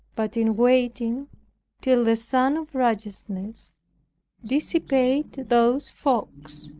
but in waiting till the sun of righteousness dissipate those fogs.